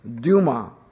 Duma